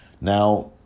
Now